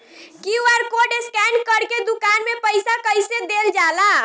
QR code scan करके दुकान में पईसा कइसे देल जाला?